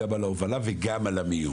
גם על ההובלה וגם על המיון.